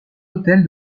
autel